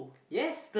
yes